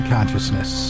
Consciousness